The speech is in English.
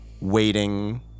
waiting